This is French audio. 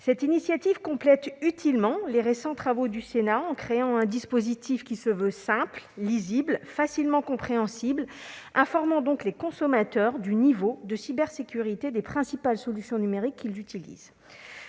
Cette initiative complète utilement les récents travaux du Sénat, en créant un dispositif qui se veut simple, lisible, et facilement compréhensible, pour informer les consommateurs du niveau de cybersécurité des principales solutions numériques qu'ils utilisent.